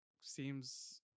seems